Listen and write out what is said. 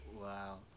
Wow